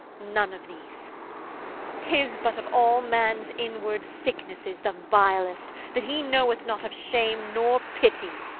none of these tis but of all man's inward sicknesses the vilest, that he knoweth not of shame nor pity!